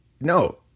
no